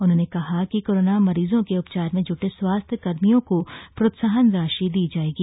उन्होंने कहा कि कोरोना मरीजों के उपचार में जुटे स्वास्थ्य कर्मियों को प्रोत्साहन राशि दी जाएगी